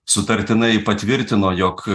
sutartinai patvirtino jog